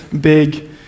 big